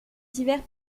divers